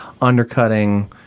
undercutting